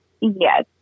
yes